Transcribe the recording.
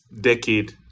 decade